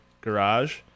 garage